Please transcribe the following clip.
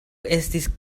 estis